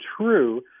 true